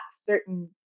certain